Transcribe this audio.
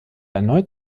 erneut